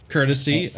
Courtesy